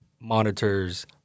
monitors